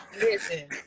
Listen